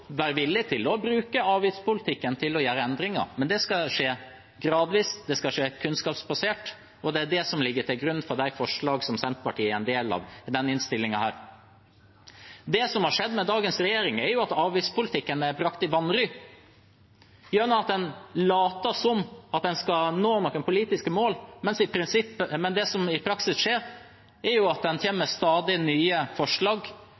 være villig til å bruke avgiftspolitikken til å gjøre endringer, men det skal skje gradvis, det skal skje kunnskapsbasert. Det er det som ligger til grunn for de forslagene som Senterpartiet er medforslagsstiller til i denne innstillingen. Det som har skjedd under dagens regjering, er at avgiftspolitikken er brakt i vanry gjennom at en later som om en skal nå noen politiske mål. Men det som skjer i praksis, er at en kommer med stadig nye forslag